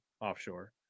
offshore